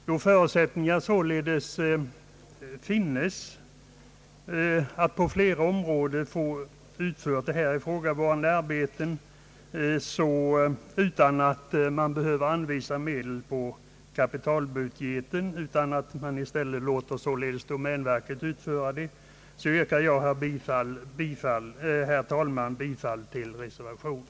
Då förutsättningar således finns att få här ifrågavarande arbeten utförda utan att man behöver anvisa medel på kapitalbudgeten genom att i stället Ilåta domänverket utföra arbetena yrkar jag, herr talman, bifall till reservationen.